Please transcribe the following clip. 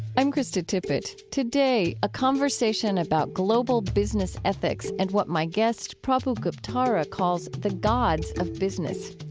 i'm krista tippett. today, a conversation about global business ethics and what my guest, prabhu guptara, calls the gods of business.